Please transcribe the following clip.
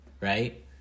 right